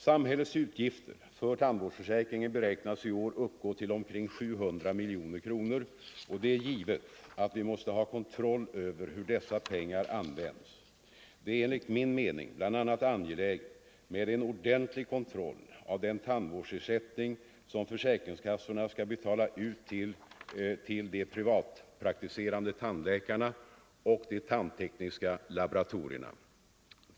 Samhällets utgifter för tandvårdsförsäkringen beräknas i år uppgå till omkring 700 miljoner kronor, och det är givet att vi måste ha en kontroll över hur dessa pengar arivänds. Det är enligt min mening bl.a. angeläget med en ordentlig kontroll av den tandvårdsersättning som försäkringskassorna skall betala ut till de privatpraktiserande tandläkarna och de tandtekniska laboratorierna.